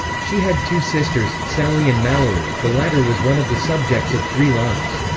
she had two sisters, sally and mallory the latter was one of the subjects of three lives.